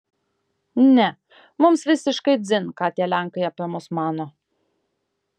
ne mums visiškai dzin ką tie lenkai apie mus mano